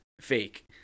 fake